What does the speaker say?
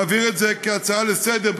להעביר את זה כהצעה לסדר-היום,